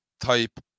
type